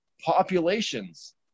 populations